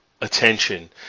attention